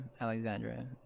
Alexandra